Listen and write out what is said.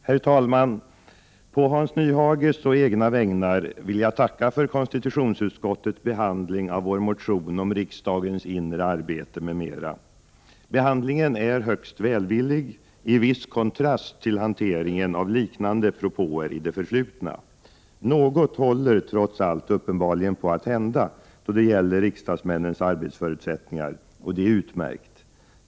Herr talman! På Hans Nyhages och egna vägnar vill jag tacka för konstitutionsutskottets behandling av vår motion om riksdagens inre arbete m.m. Behandlingen är högst välvillig — i viss kontrast till hanteringen av liknande propåer i det förflutna. Något håller trots allt uppenbarligen på att hända då det gäller riksdagsmännens arbetsförutsättningar. Det är utmärkt.